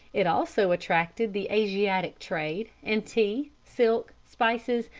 it also attracted the asiatic trade, and tea, silk, spices,